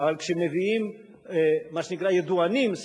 אבל כשמביאים מה שנקרא ידוענים,